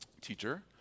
Teacher